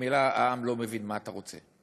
ממילא העם לא מבין מה אתה רוצה,